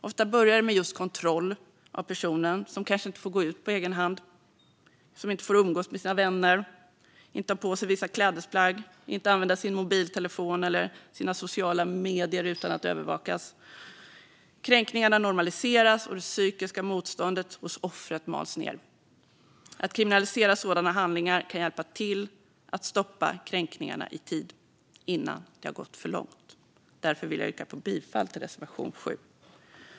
Ofta börjar det med just kontroll av personen, som kanske inte får gå ut på egen hand, umgås med sina vänner, ha på sig vissa klädesplagg eller använda sin mobiltelefon eller sina sociala medier utan att övervakas. Kränkningarna normaliseras, och det psykiska motståndet hos offret mals ned. Att kriminalisera sådana handlingar kan hjälpa till att stoppa kränkningarna i tid - innan det har gått för långt. Därför vill jag yrka bifall till reservation 7.